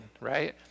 right